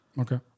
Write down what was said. Okay